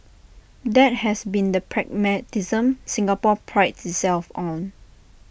that has been the pragmatism Singapore prides itself on